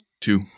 Two